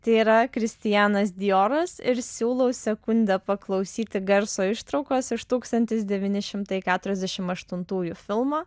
tai yra kristianas dioras ir siūlau sekundę paklausyti garso ištraukos iš tūkstantis devyni šimtai keturiasdešim aštuntųjų filmo